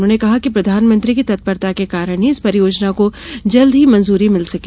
उन्होंने कहा कि प्रधानमंत्री की तत्परता के कारण ही इस परियोजना को जल्द मंजूरी मिल सकी